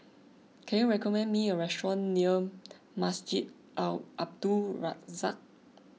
can you recommend me a restaurant near Masjid Al Abdul Razak